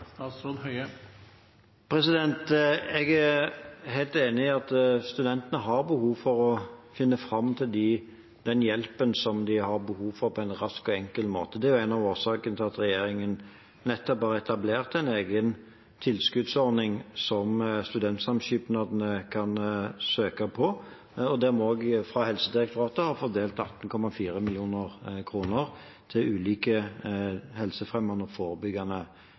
Jeg er helt enig i at studentene må kunne finne fram til den hjelpen som de har behov for, på en rask og enkel måte. Det er en av årsakene til at regjeringen nettopp har etablert en egen tilskuddsordning som studentsamskipnadene kan søke på, der vi også fra Helsedirektoratet har fordelt 18,4 mill. kr til ulike helsefremmende og forebyggende